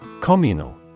Communal